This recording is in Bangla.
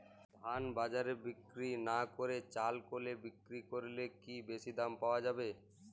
ধান বাজারে বিক্রি না করে চাল কলে বিক্রি করলে কি বেশী দাম পাওয়া যাবে?